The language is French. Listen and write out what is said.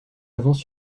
avance